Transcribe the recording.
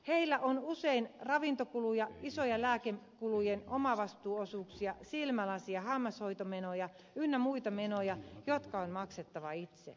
heillä on usein ravintokuluja isoja lääkekulujen omavastuuosuuksia silmälasi ja hammashoitomenoja ynnä muita menoja jotka on maksettava itse